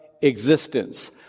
existence